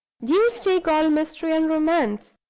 deuce take all mystery and romance!